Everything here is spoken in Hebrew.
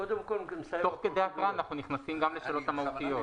קודם כל נסיים --- תוך כדי הקראה אנחנו נכנסים גם לשאלות המהותיות.